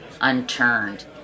unturned